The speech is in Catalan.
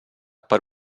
per